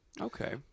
Okay